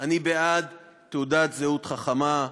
אני בעד תעודת זהות חכמה,